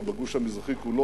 או בגוש המזרחי כולו,